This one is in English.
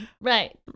right